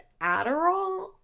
Adderall